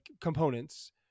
components